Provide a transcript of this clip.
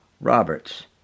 Roberts